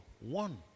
One